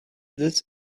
this